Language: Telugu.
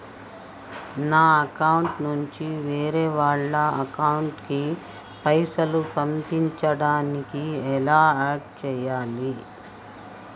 నా అకౌంట్ నుంచి వేరే వాళ్ల అకౌంట్ కి పైసలు పంపించడానికి ఎలా ఆడ్ చేయాలి?